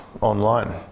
online